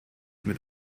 mit